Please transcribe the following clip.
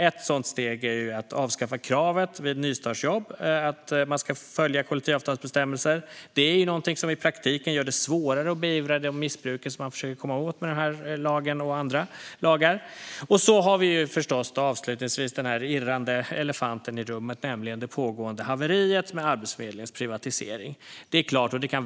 Ett sådant steg är att avskaffa kravet att följa kollektivavtalsbestämmelser vid nystartsjobb. Det gör det i praktiken svårare att beivra de missbruk man försöker komma åt med denna lag och andra lagar. Avslutningsvis har vi förstås den irrande elefanten i rummet, nämligen det pågående haveriet med Arbetsförmedlingens privatisering.